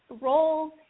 roles